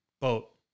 Boat